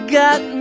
got